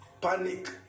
panic